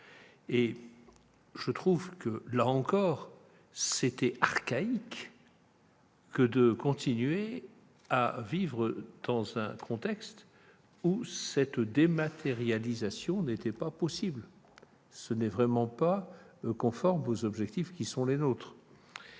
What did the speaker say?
Là encore, il aurait été archaïque de continuer à vivre dans un contexte où cette dématérialisation n'aurait pas été possible : ce n'est vraiment pas conforme aux objectifs qui sont les nôtres